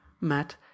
matt